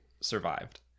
survived